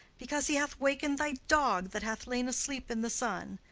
because he hath wakened thy dog that hath lain asleep in the sun.